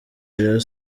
rayon